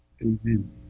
Amen